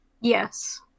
yes